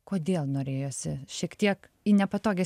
kodėl norėjosi šiek tiek į nepatogią